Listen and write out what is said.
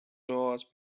doors